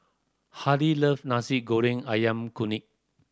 Hardy love Nasi Goreng Ayam Kunyit